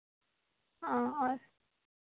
हाँ और